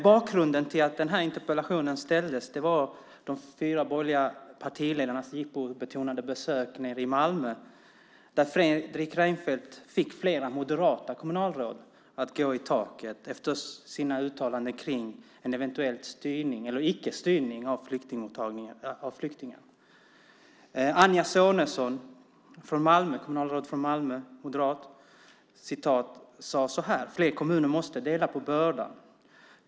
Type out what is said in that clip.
Bakgrunden till att den här interpellationen ställdes var de fyra borgerliga partiledarnas jippobetonade besök nere i Malmö, där Fredrik Reinfeldt fick flera moderata kommunalråd att gå i taket efter sina uttalanden kring en eventuell icke-styrning av mottagandet av flyktingar. Anja Sonesson, kommunalråd från Malmö, moderat, sade så här: Fler kommuner måste dela på bördan.